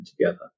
together